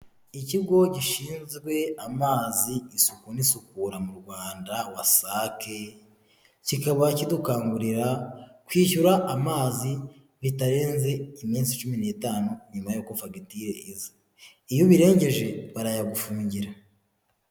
Ikigo gishinzwe amazi, isuku n'isukura mu Rwanda, wasake, kikaba kidukangurira kwishyura amazi bitarenze iminsi cumi n'itanu, nyuma y'uko fagitire iza. Iyo ubirengeje, barayagufungira.